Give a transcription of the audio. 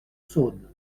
saône